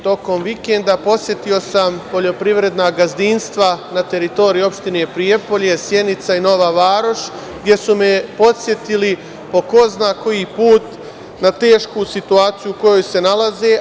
Tokom vikenda posetio sam poljoprivredna gazdinstva na teritoriji opština Prijepolja, Sjenice i Nove Varoši gde su me podsetili po ko zna koji put na tešku situaciju u kojoj se nalaze.